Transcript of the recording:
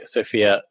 Sophia